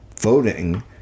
voting